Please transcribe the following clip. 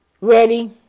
Ready